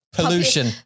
Pollution